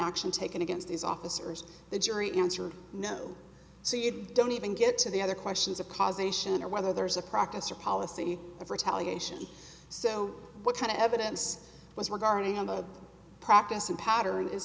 action taken against these officers the jury answered no so you don't even get to the other questions of cause nation or whether there's a practice or policy of retaliation so what kind of evidence was regarding a practice in pattern is